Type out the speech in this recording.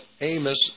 Amos